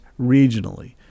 regionally